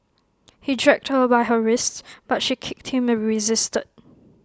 he dragged her by her wrists but she kicked him and resisted